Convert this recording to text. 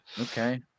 Okay